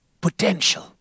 potential